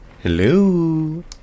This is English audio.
Hello